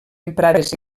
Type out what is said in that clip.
emprades